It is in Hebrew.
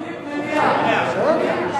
אני מליאה, מליאה.